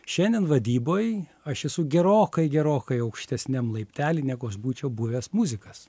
šiandien valdyboj aš esu gerokai gerokai aukštesniam laiptely negu aš būčiau buvęs muzikas